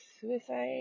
suicide